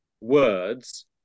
words